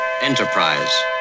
Enterprise